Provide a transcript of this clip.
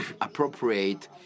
appropriate